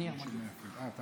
אה, אתה ביקשת.